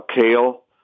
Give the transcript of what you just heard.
kale